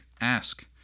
ask